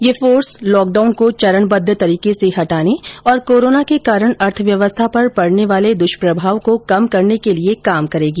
ये force lockdown को चरणबद्व तरीके से हटाने और कोरोना के कारण अर्थव्यवस्था पर पडने वाले दुष्प्रभाव को कम करने के लिए काम करेगी